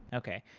okay.